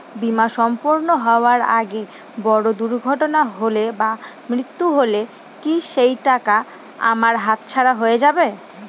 বীমা সম্পূর্ণ হওয়ার আগে বড় দুর্ঘটনা ঘটলে বা মৃত্যু হলে কি সেইটাকা আমার হাতছাড়া হয়ে যাবে?